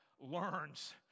learns